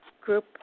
group